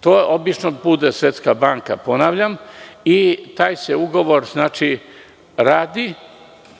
To obično bude Svetska banka, ponavljam. Taj se ugovor radi,